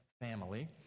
family